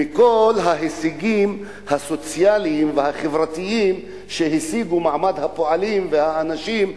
מכל ההישגים הסוציאליים והחברתיים שהשיגו מעמד הפועלים והאנשים,